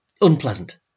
unpleasant